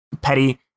petty